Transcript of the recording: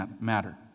matter